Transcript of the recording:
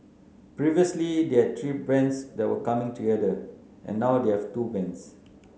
previously they had three bands that were coming together and now they have two bands